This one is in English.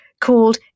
called